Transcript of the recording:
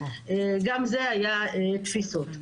גם זה היה תפיסות.